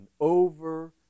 over